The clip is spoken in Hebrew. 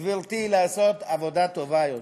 גברתי, לעשות עבודה טובה יותר: